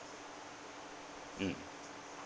mm